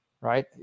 right